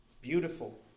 Beautiful